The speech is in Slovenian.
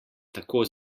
tako